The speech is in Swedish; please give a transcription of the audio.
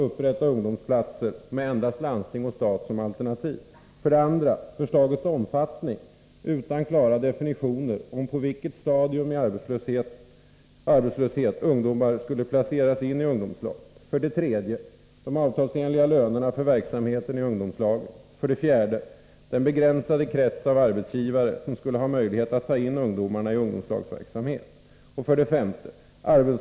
Förslagets omfattning utan klara definitioner om på vilket stadium av arbetslöshet ungdomarna skulle placeras i ungdomslag. 4. Den begränsade kretsen av arbetsgivare som skulle ha möjlighet att ta in ungdomar i ungdomslagsverksamhet.